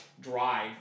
drive